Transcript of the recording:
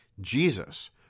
Jesus